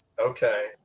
Okay